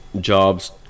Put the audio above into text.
jobs